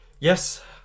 Yes